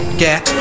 get